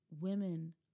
women